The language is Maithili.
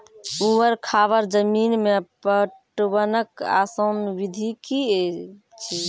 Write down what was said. ऊवर खाबड़ जमीन मे पटवनक आसान विधि की ऐछि?